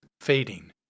fading